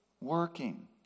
working